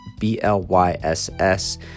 B-L-Y-S-S